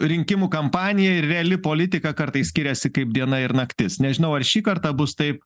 rinkimų kampanija ir reali politika kartais skiriasi kaip diena ir naktis nežinau ar šį kartą bus taip